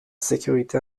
sécurité